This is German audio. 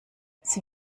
sie